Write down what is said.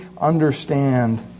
understand